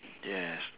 yes